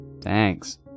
Thanks